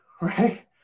right